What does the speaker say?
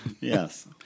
Yes